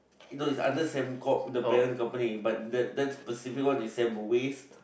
no it's the other Sembcorp the parent company but that that specific one is Sembwaste